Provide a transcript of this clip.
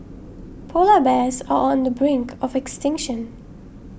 Polar Bears are on the brink of extinction